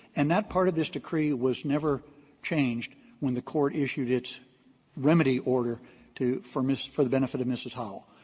and that part of this decree was never changed when the court issued its remedy order to for miss for the benefit of mrs. howell.